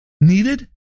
needed